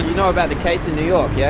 know about the case in new york, yeah?